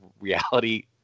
reality